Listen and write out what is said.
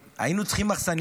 והיינו צריכים מחסניות,